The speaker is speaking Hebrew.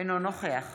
אינו נוכח